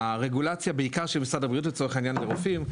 הרגולציה בעיקר של משרד הבריאות לצורך העניין ורופאים,